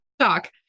talk